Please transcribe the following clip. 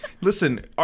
Listen